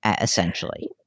essentially